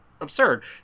absurd